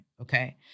okay